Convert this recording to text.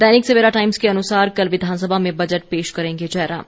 दैनिक Savera times के अनुसार कल विधानसभा में बजट पेश करेंगे जयराम